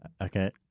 Okay